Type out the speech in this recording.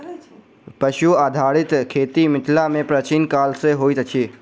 पशु आधारित खेती मिथिला मे प्राचीन काल सॅ होइत अछि